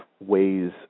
ways